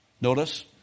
Notice